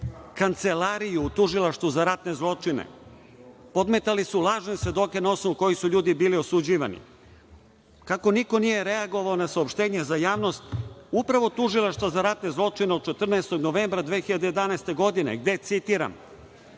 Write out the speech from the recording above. kancelariju u Tužilaštvu za ratne zločine? Podmetali su lažne svedoke na osnovu kojih su ljudi bili osuđivani. Kako niko nije reagovao na saopštenje za javnost upravo Tužilaštva za ratne zločine od 14. novembra 2011. godine gde, citiram,